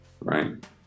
right